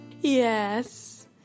yes